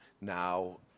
Now